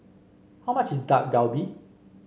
how much is Dak Galbi